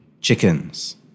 chickens